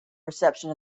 reception